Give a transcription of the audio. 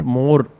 more